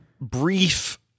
brief